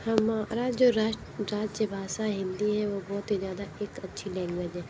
हमारी जो राष्ट्र राज्य भाषा हिन्दी है वो बहुत ही ज़्यादा एक अच्छी लैंग्वेज है